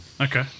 Okay